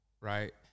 right